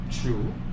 True